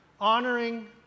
Honoring